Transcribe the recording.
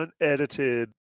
unedited